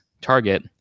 Target